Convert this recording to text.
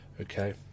Okay